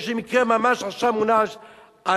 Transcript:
יש לי מקרה, ממש עכשיו מונח בלשכתי,